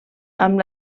amb